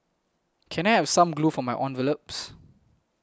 can I have some glue for my envelopes